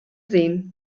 sähen